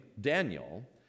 Daniel